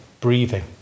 breathing